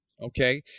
Okay